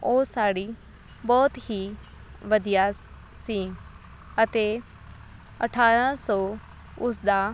ਉਹ ਸਾੜੀ ਬਹੁਤ ਹੀ ਵਧੀਆ ਸ ਸੀ ਅਤੇ ਅਠਾਰਾਂ ਸੌ ਉਸ ਦਾ